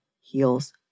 heals